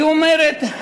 היא אומרת: